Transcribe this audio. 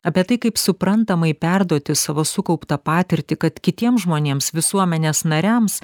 apie tai kaip suprantamai perduoti savo sukauptą patirtį kad kitiem žmonėms visuomenės nariams